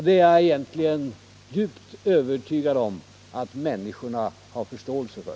Det är jag djupt övertygad om att människorna har förståelse för.